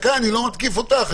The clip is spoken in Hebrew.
אני לא מתקיף אותך,